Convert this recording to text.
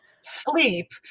sleep